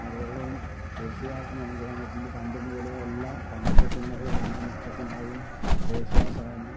അദ്ദേഹവും യേശുദാസും നമുക്ക് തന്നിട്ടുണ്ട് പണ്ട് മുതലേ ഉള്ള പണ്ടത്തെ സിനിമകളില് എല്ലാം മിക്ക സിനിമകളിലും യേശുദാസ് ആണ്